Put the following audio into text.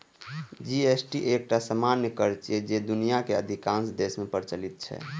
GST एकटा सामान्य कर छियै, जे दुनियाक अधिकांश देश मे प्रचलित छै